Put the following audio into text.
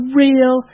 real